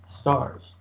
stars